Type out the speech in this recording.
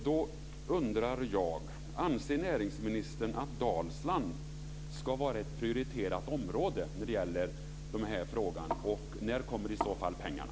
Då undrar jag: Anser näringsministern att Dalsland ska vara ett prioriterat område när det gäller den här frågan? När kommer i så fall pengarna?